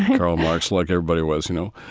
karl marx, like everybody was, you know?